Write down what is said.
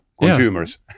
consumers